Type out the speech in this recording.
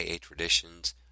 traditions